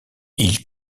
ils